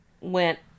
went